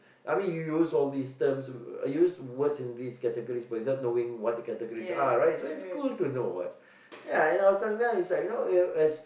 I mean you use all these terms you use words in these categories but without knowing what the categories are right so it's cool to know what ya and I was telling them it's like you know well as